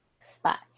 spots